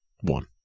One